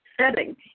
setting